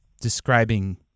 describing